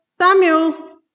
Samuel